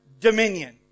dominion